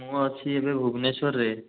ମୁଁ ଅଛି ଏବେ ଭୁବନେଶ୍ୱରରେ